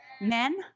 Men